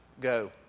Go